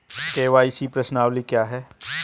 KYC प्रश्नावली क्या है?